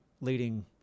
leading